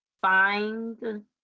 Find